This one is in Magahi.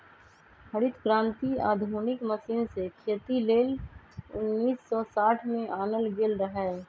हरित क्रांति आधुनिक मशीन से खेती लेल उन्नीस सौ साठ में आनल गेल रहै